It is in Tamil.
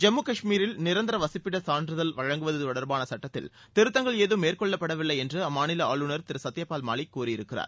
ஜம்மு காஷ்மீரில் நிரந்தர வசிப்பிடச் சான்றிதழ் வழங்குவது தொடர்பான சட்டத்தில் திருத்தங்கள் ஏதும் மேற்கொள்ளப்படவில்லை என்று அம்மாநில ஆளுநர் திரு சத்யபால் மாலிக் கூறியிருக்கிறார்